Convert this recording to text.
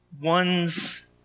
one's